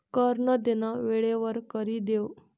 कर नं देनं येळवर करि देवं